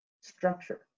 structure